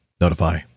Notify